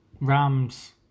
Rams